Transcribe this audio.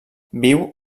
viu